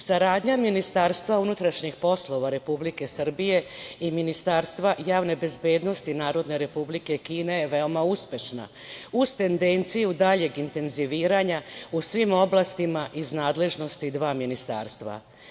Saradnja Ministarstva unutrašnjih poslova Republike Srbije i Ministarstva javne bezbednosti Narodne Republike Kine je veoma uspešna, uz tendenciju daljeg intenziviranja u svim oblastima iz nadležnosti dva ministarstva.